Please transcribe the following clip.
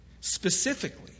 specifically